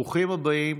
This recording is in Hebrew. ברוכים הבאים,